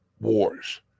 wars